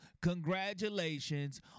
Congratulations